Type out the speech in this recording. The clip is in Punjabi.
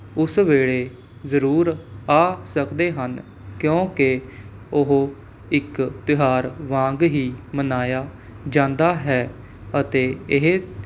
ਉਸ ਵੇਲ਼ੇ ਜ਼ਰੂਰ ਆ ਸਕਦੇ ਹਨ ਕਿਉਂਕਿ ਉਹ ਇੱਕ ਤਿਉਹਾਰ ਵਾਂਗ ਹੀ ਮਨਾਇਆ ਜਾਂਦਾ ਹੈ ਅਤੇ ਇਹ